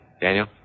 Daniel